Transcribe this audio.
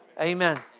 Amen